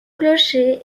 clocher